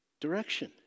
direction